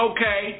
Okay